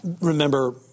Remember